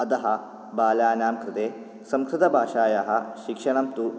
अदः बालानां कृते संस्कृतभाषायाः शिक्षणं तु